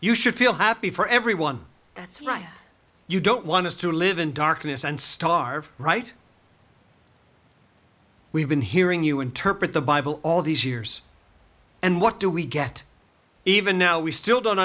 you should feel happy for everyone that's right you don't want us to live in darkness and starve right we've been hearing you interpret the bible all these years and what do we get even now we still don't